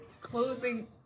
closing